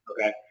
okay